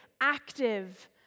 active